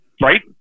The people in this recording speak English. right